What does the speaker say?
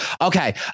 okay